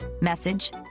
message